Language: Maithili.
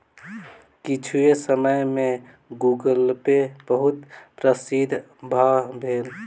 किछुए समय में गूगलपे बहुत प्रसिद्ध भअ भेल